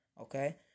Okay